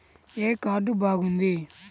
ఏ card బాగుంది?